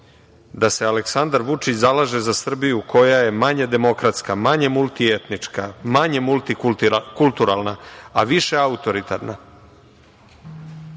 da se Aleksandar Vučić zalaže za Srbiju koja je manje demokratska, manje multietnička, manje multikulturalna, a više autoritarna,